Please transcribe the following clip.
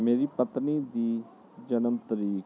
ਮੇਰੀ ਪਤਨੀ ਦੀ ਜਨਮ ਤਰੀਕ